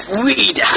weed